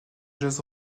jazz